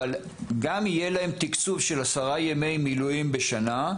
אבל גם יהיה להם תקצוב של עשרה ימי מילואים בשנה,